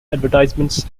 advertisements